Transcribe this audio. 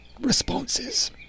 responses